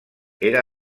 era